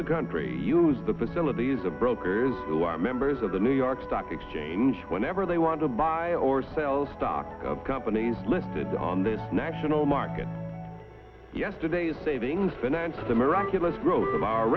the country use the facilities of brokers who are members of the new york stock exchange whenever they want to buy or sell stock of companies listed on the national market yesterday a savings financed the miraculous growth of our